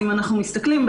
אם אנחנו מסתכלים,